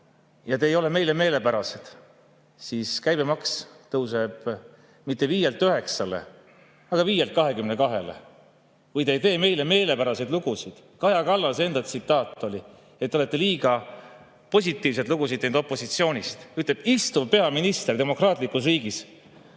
ja te ei ole meile meelepärased, siis käibemaks tõuseb mitte viielt üheksale, aga viielt 22‑le, kui te ei tee meile meelepäraseid lugusid. Kaja Kallase enda tsitaat oli, et te olete liiga positiivseid lugusid teinud opositsioonist. Nii ütleb istuv peaminister demokraatlikus riigis!